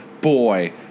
Boy